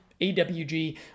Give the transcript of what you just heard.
AWG